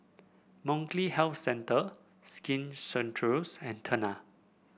Molnylcke Health Centre Skin Ceuticals and Tena